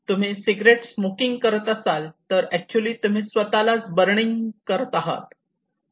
तुम्ही cigarette smoking करत असाल तर ऍक्च्युली तुम्ही स्वतःला बर्निंग करत आहात